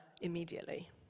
immediately